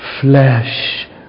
flesh